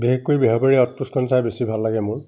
বিশেষকৈ বেহৰবাৰী আউটপোষ্টখন চাই বেছি ভাল লাগে মোৰ